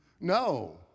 No